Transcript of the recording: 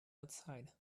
outside